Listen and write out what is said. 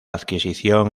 adquisición